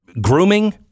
grooming